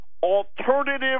alternative